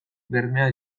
bermea